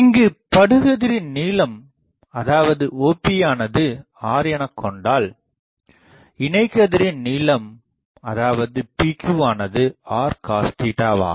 இங்குப் படுகதிரின் நீளம் அதாவது OP ஆனது r எனகொண்டால் இணை கதிரின் நீளம் அதாவதுPQ ஆனது rcos ஆகும்